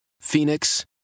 Phoenix